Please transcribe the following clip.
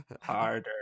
harder